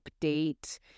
update